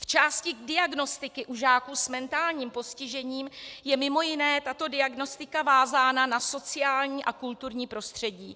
V části diagnostiky u žáků s mentálním postižením je mimo jiné tato diagnostika vázána na sociální a kulturní prostředí.